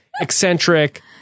eccentric